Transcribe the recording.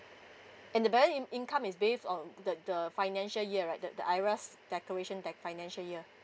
and the in~ income is based on the the financial year right that the arise decoration that financial year